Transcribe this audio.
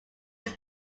was